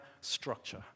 structure